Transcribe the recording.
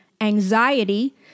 anxiety